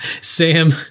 Sam